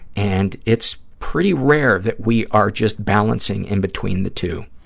and it's pretty rare that we are just balancing in between the two.